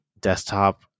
desktop